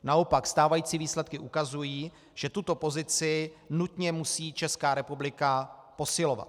Naopak, stávající výsledky ukazují, že tuto pozici nutně musí Česká republika posilovat.